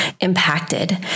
impacted